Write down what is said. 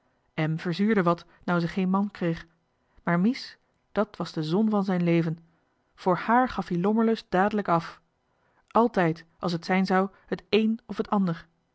em verzuurde wat nou ze geen man kreeg maar mies dat was de zon van zijn leven voor hààr gaf ie lommerlust dadelijk af altijd als t zijn zou het één f het ander